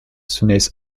zunächst